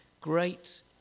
great